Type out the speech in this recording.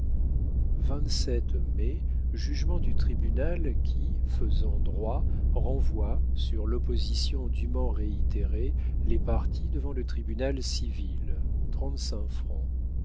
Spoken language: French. mai jugement du tribunal qui faisant droit renvoie sur l'opposition dûment réitérée les parties devant le tribunal civil